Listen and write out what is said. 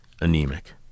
anemic